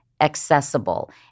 accessible